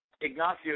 Ignacio